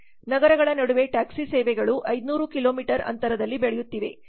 ನಗರಗಳ ನಡುವೆ ಟ್ಯಾಕ್ಸಿ ಸೇವೆಗಳು 500 ಕಿಲೋಮೀಟರ್ ಅಂತರದಲ್ಲಿ ಬೆಳೆಯುತ್ತಿವೆ